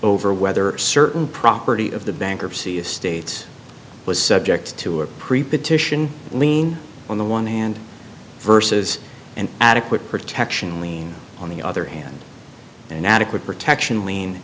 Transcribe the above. over whether certain property of the bankruptcy estate was subject to or prepared to lean on the one hand versus an adequate protection lien on the other hand an adequate protection l